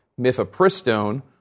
Mifepristone